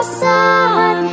sun